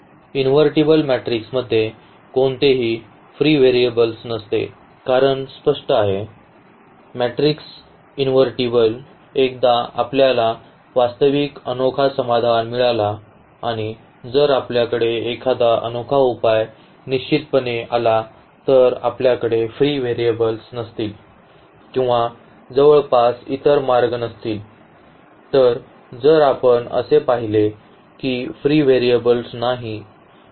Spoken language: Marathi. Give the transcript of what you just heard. इनव्हर्टेबल मॅट्रिक्समध्ये कोणतेही फ्री व्हेरिएबल नसते कारण स्पष्ट आहे कारण मॅट्रिक्स इन्व्हर्टीबल एकदा आपल्याला वास्तविक अनोखा समाधान मिळाला आणि जर आपल्याकडे एखादा अनोखा उपाय निश्चितपणे आला तर आपल्याकडे फ्री व्हेरिएबल्स नसतील किंवा जवळपास इतर मार्ग नसतील तर जर आपण असे पाहिले की फ्री व्हेरिएबल नाही